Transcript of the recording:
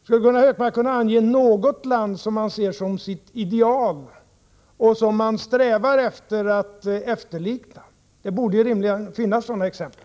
Kan Gunnar Hökmark ange något land som han ser som sitt ideal och som han strävar efter att Sverige skall efterlikna? Det borde rimligen finnas sådana exempel.